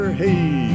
hey